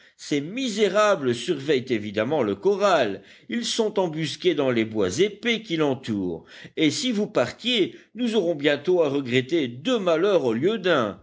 ces misérables surveillent évidemment le corral ils sont embusqués dans les bois épais qui l'entourent et si vous partiez nous aurions bientôt à regretter deux malheurs au lieu d'un